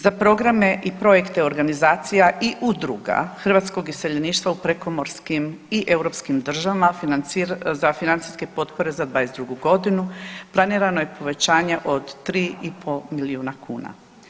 Za programe i projekte organizacija i udruga hrvatskog iseljeništva u prekomorskim i europskim državama za financijske potpore za 22. godinu planirano je povećanje od 3 i pol milijuna kuna.